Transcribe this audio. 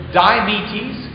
diabetes